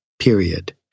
period